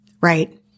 Right